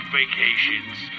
vacations